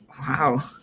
Wow